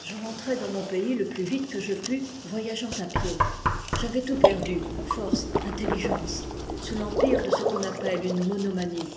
je rentrai dans mon pays le plus vite que je pus voyageant à pied j'avais tout perdu force inteuigence sous l'empire de ce qu'on appelle une monomanie